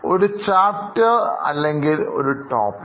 ഒരു ചാപ്റ്റർ അല്ലെങ്കിൽ ഒരു ടോപ്പിക്ക്